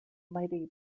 mighty